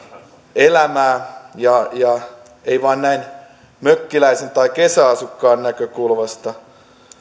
elämää enkä vain näin mökkiläisen tai kesäasukkaan näkökulmasta